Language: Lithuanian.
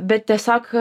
bet tiesiog